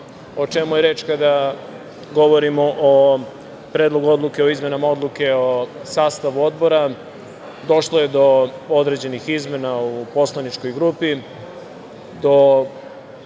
o čemu je reč kada govorimo o Predlogu odluke o izmenama Odluke o sastavu Odbora. Došlo je do određenih izmena u poslaničkoj grupi